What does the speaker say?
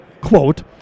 quote